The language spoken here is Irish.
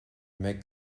mbeidh